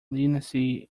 leniency